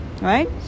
right